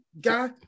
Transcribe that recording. guy